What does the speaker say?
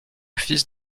fils